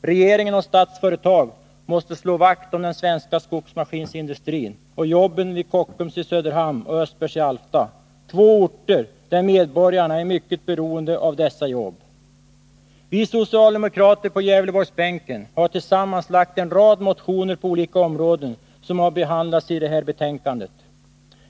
Regeringen och Statsföretag måste slå vakt om den svenska skogsmaskinindustrin och jobben vid Kockums i Söderhamn och Östbergs i Alfta, två orter där medborgarna är mycket beroende av dessa jobb. Vi socialdemokrater på Gävleborgsbänken har tillsammans väckt en rad motioner på olika områden som har behandlats i det här betänkandet.